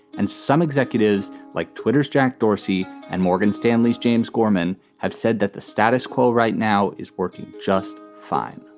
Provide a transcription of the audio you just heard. and some executives, like twitter's jack dorsey and morgan stanley's james gorman, have said that the status quo right now is working just fine.